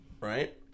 right